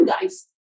guys